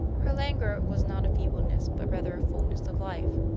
her languor was not a feebleness but rather a fullness of life,